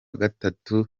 gatatu